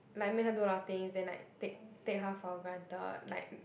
like make her do a lot of things then like take take her for granted like